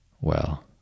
Well